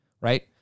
right